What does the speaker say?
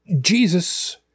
Jesus